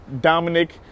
Dominic